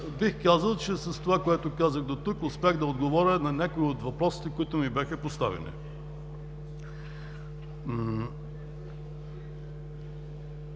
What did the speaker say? бих казал, че с това, което казах дотук, успях да отговоря на някои от въпросите, които ми бяха поставени,